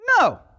No